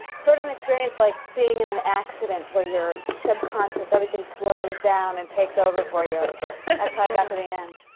sort of and an like being in an accident, where your subconscious. everything slows down and takes over for you. that's how i got to the end.